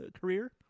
career